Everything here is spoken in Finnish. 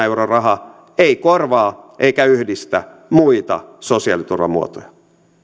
euron raha ei korvaa eikä yhdistä muita sosiaaliturvan muotoja